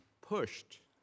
pushed